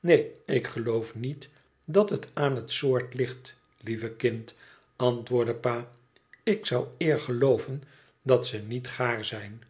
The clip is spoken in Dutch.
tneen ik geloof niet dat het aan het soort ligt lieve kind antwoordde pa tik zou eer gelooven dat ze niet gaar zijn